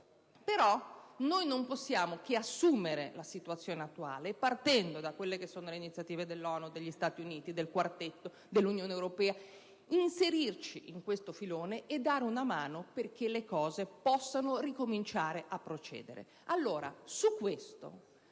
però non possiamo che assumere la situazione attuale (partendo dalle iniziative dell'ONU, degli Stati Uniti, del Quartetto, dell'Unione europea), inserirci in questo filone e dare una mano perché le cose possano ricominciare a procedere.